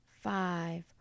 five